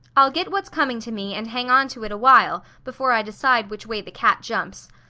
i'll get what's coming to me, and hang on to it awhile, before i decide which way the cat jumps.